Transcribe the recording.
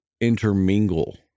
intermingle